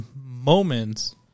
moments